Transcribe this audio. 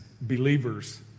believers